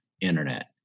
Internet